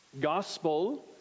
Gospel